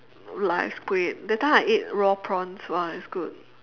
live squid that time I ate raw prawns !wah! it's good